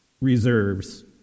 reserves